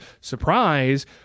surprise